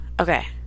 Okay